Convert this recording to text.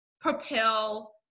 propel